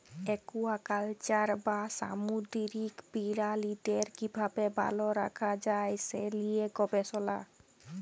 aquaculture বা সামুদ্দিরিক পিরালিদের কিভাবে ভাল রাখা যায় সে লিয়ে গবেসলা